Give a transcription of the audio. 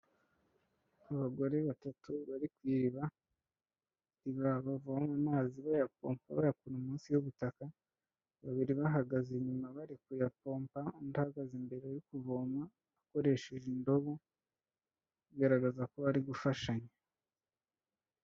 Abagore batatu bari ku iriba, ku iriba bavoma amazi bayapompa bayakura munsi y'ubutaka, babiri bahagaze inyuma bari kuyapompa, undi ahagaze imbere ari kuvoma akoresheje indobo, bigaragaza ko bari gufashanya.